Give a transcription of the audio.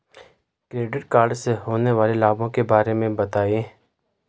Credit card से होने वाले लाभों के बारे में बताएं?